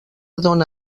dóna